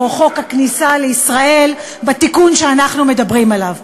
חוק הכניסה לישראל בתיקון שאנחנו מדברים עליו.